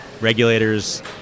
regulators